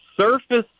surface